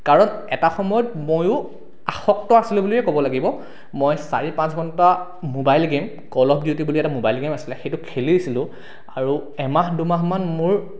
কাৰণ এটা সময়ত ময়ো আসক্ত আছিলোঁ বুলিয়ে ক'ব লাগিব মই চাৰি পাঁচ ঘণ্টা ম'বাইল গেম কলব বিউটি বুলি এটা ম'বাইল গেম আছিলে সেইটো খেলিছিলোঁ আৰু এমাহ দুমাহ মান মোৰ